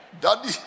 daddy